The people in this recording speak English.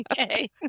Okay